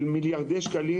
בסדר גודל של מיליארדי שקלים,